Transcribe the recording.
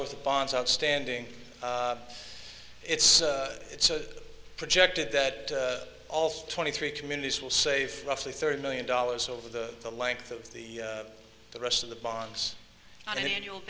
worth of bonds outstanding it's it's a projected that all twenty three communities will save roughly thirty million dollars over the the length of the the rest of the bonds on you